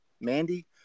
Mandy